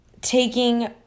taking